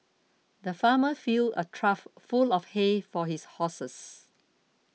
the farmer filled a trough full of hay for his horses